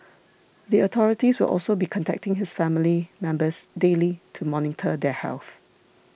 the authorities will also be contacting his family members daily to monitor their health